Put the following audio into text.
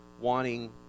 wanting